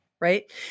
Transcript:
right